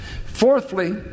Fourthly